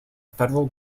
federal